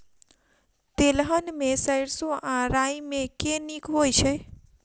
तेलहन मे सैरसो आ राई मे केँ नीक होइ छै?